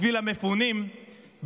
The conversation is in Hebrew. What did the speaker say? בשביל המפונים,